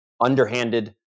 underhanded